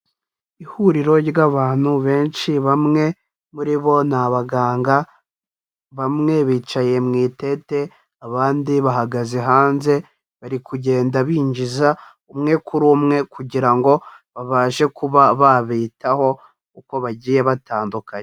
Ihuriro ry'abantu benshi bamwe muri bo ni abaganga, bamwe bicaye mu itente abandi bahagaze hanze, bari kugenda binjiza umwe kuri umwe kugira ngo babashe kuba babitaho uko bagiye batandukanye.